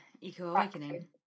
eco-awakening